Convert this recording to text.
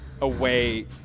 away